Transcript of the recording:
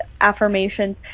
affirmations